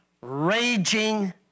raging